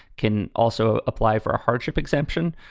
can also apply for a hardship exemption.